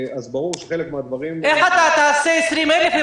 אז ברור שחלק מהדברים --- איך אתה תעשה 20,000 בדיקות,